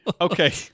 Okay